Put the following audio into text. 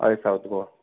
हय सावत गोवा